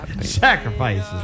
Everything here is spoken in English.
Sacrifices